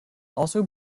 also